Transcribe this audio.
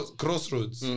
crossroads